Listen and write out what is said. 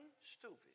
stupid